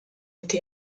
été